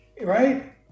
right